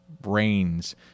brains